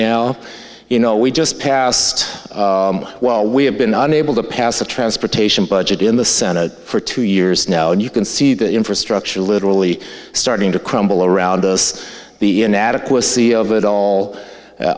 now you know we just passed well we have been unable to pass a transportation budget in the senate for two years now and you can see the infrastructure literally starting to crumble around us the inadequacy of it all